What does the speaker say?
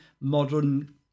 Modern